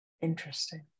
interesting